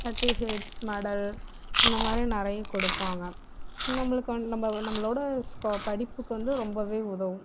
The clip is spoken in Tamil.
சர்ட்டிஃபிகேட்ஸ் மெடல் இந்தமாதிரி நிறையா கொடுப்பாங்க நம்மளுக்கு வ நம்ம நம்மளோட படிப்புக்கு வந்து ரொம்பவே உதவும்